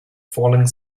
falling